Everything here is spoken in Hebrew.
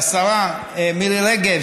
והשרה מירי רגב,